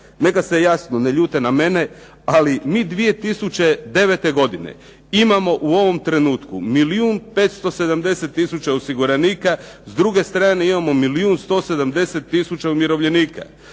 Neka se, jasno, ne ljute na mene, ali mi 2009. godine imamo u ovom trenutku milijun 570 tisuća osiguranika, s druge strane imamo milijun 170 tisuća umirovljenika.